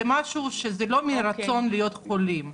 זה לא מרצון להיות חולים,